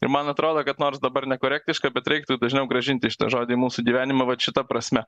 ir man atrodo kad nors dabar nekorektiška bet reiktų dažniau grąžinti šitą žodį į mūsų gyvenimą vat šita prasme